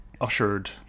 ushered